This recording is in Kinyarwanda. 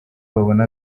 babone